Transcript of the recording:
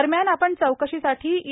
दरम्यान आपण चौकशीसाठी ई